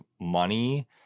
money